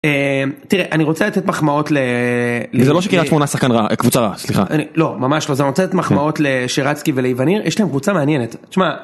תראה אני רוצה לתת מחמאות לזה לא שקריית שמונה קבוצה רעה סליחה אני לא ממש לא אני רוצה לתת מחמאות לשירצקי ולאיווניר יש להם קבוצה מעניינת.